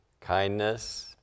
kindness